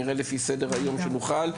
נראה לפי סדר היום שנוכל,